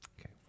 Okay